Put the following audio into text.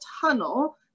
tunnel